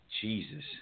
Jesus